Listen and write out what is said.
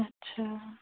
اچھا